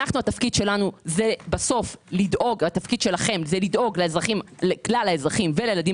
התפקיד שלכם זה לדאוג לכלל האזרחים ולילדים